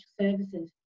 services